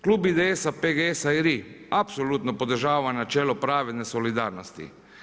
Klub IDS-a, PGS-a i LRI apsolutno podržava načelo pravedne solidarnosti.